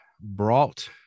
brought